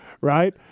right